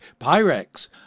Pyrex